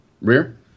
rear